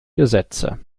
gesetze